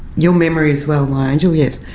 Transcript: your memory as well, my angel, yes.